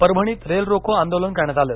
परभणीत रेलरोको आंदोलन करण्यात आलं